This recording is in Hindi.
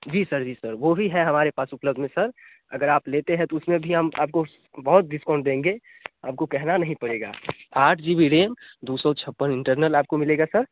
जी सर जी सर वह ही है हमारे पास उपलब्ध में सर अगर आप लेते हैं तो उसमें भी हम आपको बहुत डिस्काउंट देंगे आपको कहना नहीं पड़ेगा आठ जी बी रेम दो सौ छप्पन इंटरनल मिलेगा सर